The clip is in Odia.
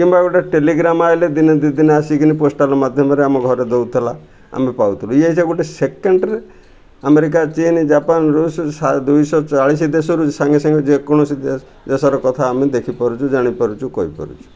କିମ୍ବା ଗୋଟେ ଟେଲିଗ୍ରାମ୍ ଆସିଲେ ଦିନେ ଦି ଦିନେ ଆସିକି ପୋଷ୍ଟାଲ୍ ମାଧ୍ୟମରେ ଆମ ଘରେ ଦେଉଥିଲା ଆମେ ପାଉଥିଲୁ ଏଇ ଯେ ଗୋଟେ ସେକେଣ୍ଡରେ ଆମେରିକା ଚୀନ୍ ଜାପାନ ଋଷ ଦୁଇଶହ ଚାଳିଶି ଦେଶରୁ ସାଙ୍ଗେ ସାଙ୍ଗେ ଯେକୌଣସି ଦେଶର କଥା ଆମେ ଦେଖିପାରୁଛୁ ଜାଣିପାରୁଛୁ କହିପାରୁଛୁ